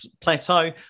plateau